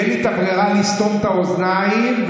תהיה לי הברירה לסתום את האוזניים.